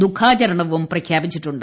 ദുഃഖാചരണവും പ്രഖ്യാപിച്ചിട്ടുണ്ട്